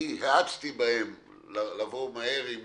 האצתי בהם לבוא מהר עם